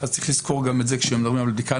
אז צריך לזכור גם את זה כשמדברים על בדיקה.